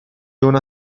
una